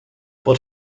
but